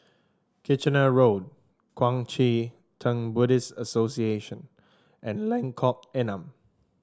Kitchener Road Kuang Chee Tng Buddhist Association and Lengkong Enam